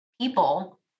people